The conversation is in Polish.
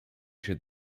się